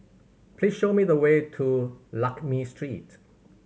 please show me the way to Lakme Street